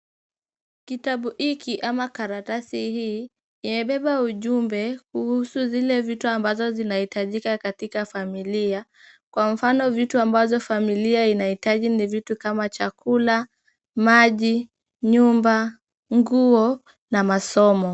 Kitabu hiki ama karatasi hii imebeba ujumbe kuhusu zile vitu ambazo zinahitajika katika familia, kwa mfano vitu ambazo familia inahitaji ni vitu kama chakula, maji, nyumba, nguo na masomo.